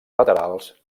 laterals